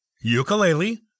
ukulele